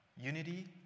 unity